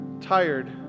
tired